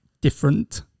different